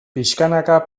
pixkanaka